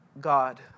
God